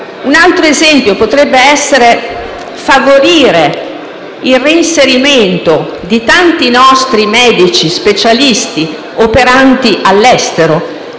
Un altro esempio potrebbe essere favorire il reinserimento di tanti nostri medici specialisti operanti all'estero